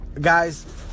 guys